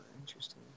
Interesting